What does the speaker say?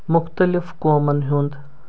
مُختلِف قومَن ہُنٛد